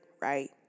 right